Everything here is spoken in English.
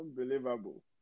Unbelievable